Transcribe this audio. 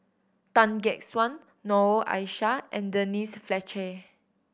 Tan Gek Suan Noor Aishah and Denise Fletcher